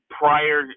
prior